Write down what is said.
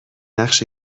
نقش